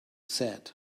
said